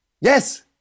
Yes